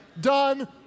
done